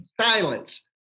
Silence